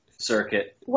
circuit